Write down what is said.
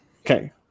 okay